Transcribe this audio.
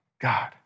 God